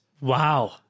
Wow